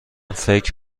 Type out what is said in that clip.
فکر